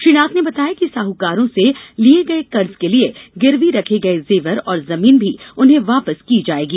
श्री नाथ ने बताया कि साहूकारों से लिये गये कर्ज के लिए गिरवी रखे गये जेवर और जमीन भी उन्हें वापस की जायेंगी